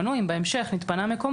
אם בהמשך נתפנה מקומו,